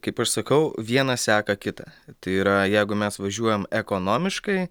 kaip aš sakau viena seka kitą tai yra jeigu mes važiuojam ekonomiškai